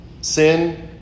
Sin